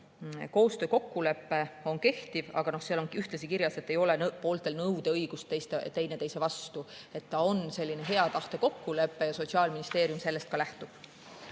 Koostöökokkulepe on kehtiv, aga seal on ühtlasi kirjas, et pooltel ei ole nõudeõigust teineteise vastu. See on selline hea tahte kokkulepe ja Sotsiaalministeerium sellest ka lähtub.